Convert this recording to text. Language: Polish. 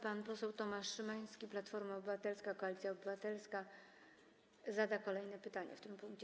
Pan poseł Tomasz Szymański, Platforma Obywatelska - Koalicja Obywatelska, zada kolejne pytanie w tym punkcie.